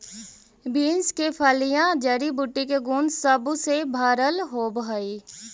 beans के फलियां जड़ी बूटी के गुण सब से भरल होब हई